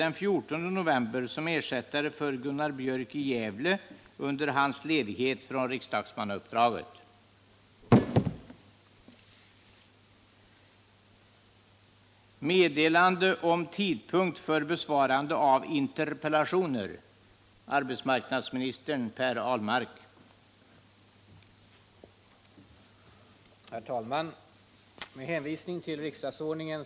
Sysselsättningsutredningen har nyligen lagt fram förslag för regeringen om förstärkta befogenheter för länsarbetsnämnderna att skaffa fram praktikplatser, bl.a. genom att i lagstiftningens form ålägga privata och offentliga arbetsgivare att ställa praktikplatser till förfogande för de unga.